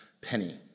penny